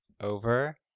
over